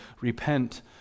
repent